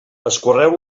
escorreu